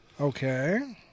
Okay